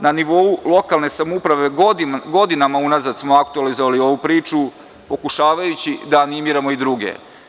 Na nivou lokalne samouprave godinama unazad smo aktuelizovali ovu priču pokušavajući da animiramo i druge.